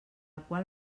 qual